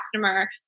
customer